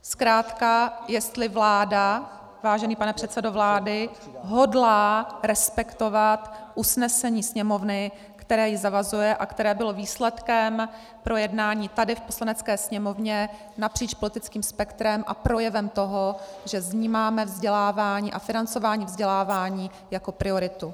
Zkrátka jestli vláda, vážený předsedo vlády, hodlá respektovat usnesení Sněmovny, které ji zavazuje a které bylo výsledkem projednání tady v Poslanecké sněmovně napříč politickým spektrem a projevem toho, že vnímáme vzdělávání a financování vzdělávání jako prioritu.